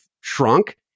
shrunk